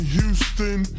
Houston